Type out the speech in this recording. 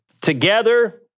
Together